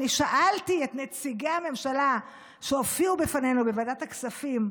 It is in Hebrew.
אני שאלתי את נציגי הממשלה שהופיעו בפנינו בוועדת הכספים: